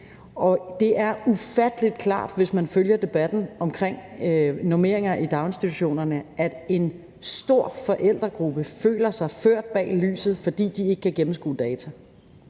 Det er ufattelig klart, hvis man følger debatten omkring normeringer i daginstitutionerne, at en stor forældregruppe føler sig ført bag lyset, fordi de ikke kan gennemskue data.